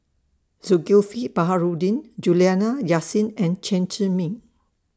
Zulkifli Baharudin Juliana Yasin and Chen Zhiming